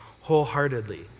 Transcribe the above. wholeheartedly